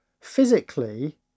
physically